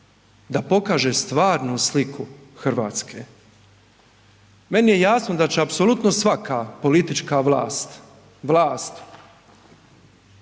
da pokaže stvarnu sliku Hrvatske. Meni je jasno da će apsolutno svaka politička vlast, vlast